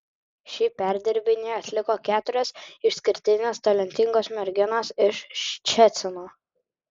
šį perdirbinį atliko keturios išskirtinės talentingos merginos iš ščecino